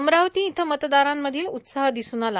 अमरावती इथं मतदारांमध्ये उत्साह दिसून आला